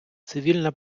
цивільна